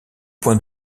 point